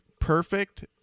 Perfect